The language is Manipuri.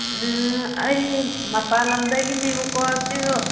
ꯎꯝ ꯑꯩ ꯃꯄꯥꯟ ꯂꯝꯗꯒꯤꯅꯦꯕꯀꯣ ꯁꯤ